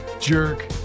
jerk